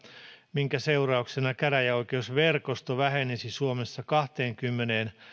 minkä seurauksena käräjäoikeusverkosto vähenisi suomessa kahteenkymmeneen